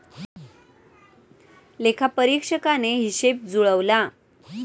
लेखापरीक्षकाने हिशेब जुळवला